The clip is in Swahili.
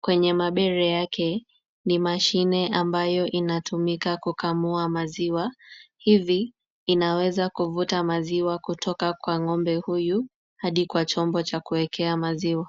Kwenye mabere yake ni mashine ambayo inatumika kukamua maziwa. Hivi inaweza kuvuta maziwa kutoka kwa ng'ombe huyu hadi kwa chombo cha kuwekea maziwa.